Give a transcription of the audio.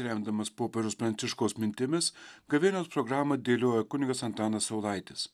remdamas popiežiaus pranciškaus mintimis gavėnios programą dėliojo kunigas antanas saulaitis